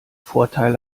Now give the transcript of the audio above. vorteil